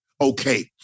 okay